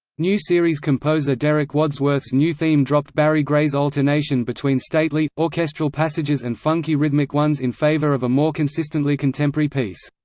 new series composer derek wadsworth's new theme dropped barry gray's alternation between stately, orchestral passages and funky rhythmic ones in favour of a more consistently contemporary piece.